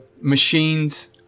machines